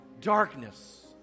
darkness